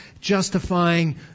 justifying